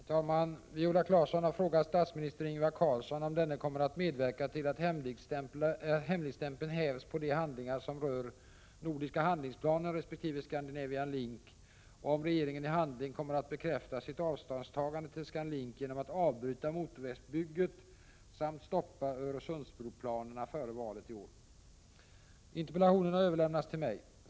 Herr talman! Viola Claesson har frågat statsminister Ingvar Carlsson om denne kommer att medverka till att hemligstämpeln hävs på de handlingar som rör Nordiska handlingsplanen resp. Scandinavian Link och om regering en i handling kommer att bekräfta sitt avståndstagande till ScanLink genom att avbryta motorvägsbygget samt stoppa Öresundsbroplanerna före valet i år. Interpellationen har överlämnats till mig.